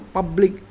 public